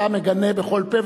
אתה מגנה בכל פה,